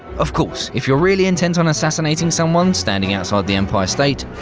of course, if you're really intent on assassinating someone standing outside the empire state,